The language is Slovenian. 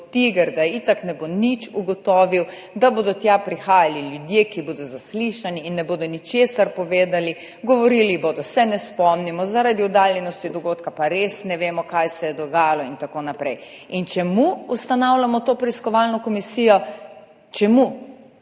da se itak ne bo nič ugotovilo, da bodo tja prihajali ljudje, ki bodo zaslišani in ne bodo ničesar povedali, govorili bodo, se ne spomnimo, zaradi oddaljenosti dogodka pa res ne vemo, kaj se je dogajalo in tako naprej. In čemu ustanavljamo to preiskovalno komisijo? Čemu?